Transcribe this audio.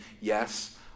yes